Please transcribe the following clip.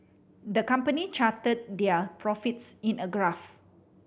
the company charted their profits in a graph